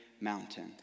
mountain